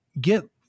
get